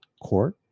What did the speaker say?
court